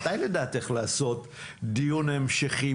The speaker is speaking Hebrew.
מתי לדעתך לעשות דיון המשכי,